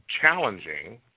challenging –